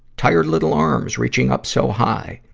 tired little arms, reaching up so high.